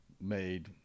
made